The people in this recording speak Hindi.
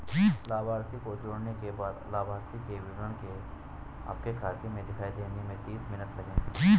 लाभार्थी को जोड़ने के बाद लाभार्थी के विवरण आपके खाते में दिखाई देने में तीस मिनट लगेंगे